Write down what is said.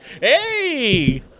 Hey